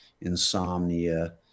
insomnia